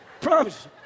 Promise